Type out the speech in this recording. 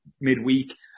midweek